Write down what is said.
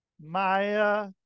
Maya